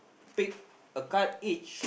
pick a card each